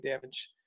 damage